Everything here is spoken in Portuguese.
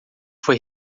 foi